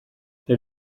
tel